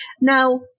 Now